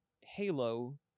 Halo